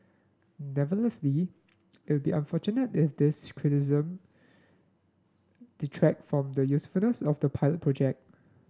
nonetheless it will be unfortunate if these criticism detract from the usefulness of the pilot project